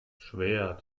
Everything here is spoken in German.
schwer